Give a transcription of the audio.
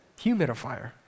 Humidifier